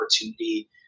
opportunity